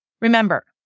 Remember